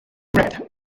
red